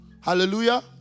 Hallelujah